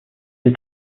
est